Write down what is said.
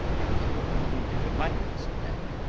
and killed and wounded abundance of them,